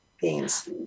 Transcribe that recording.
Beans